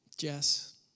Jess